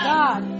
God